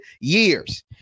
years